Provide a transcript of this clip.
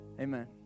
amen